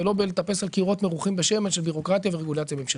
ולא בלטפס על קירות מרוחים בשמן של ביורוקרטיה ורגולציה ממשלתית.